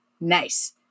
nice